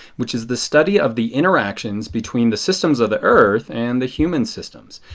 which is the study of the interactions between the systems of the earth and the human systems.